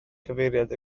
cyfeiriad